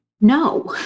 No